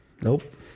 Nope